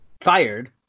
fired